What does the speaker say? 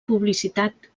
publicitat